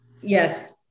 yes